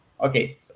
Okay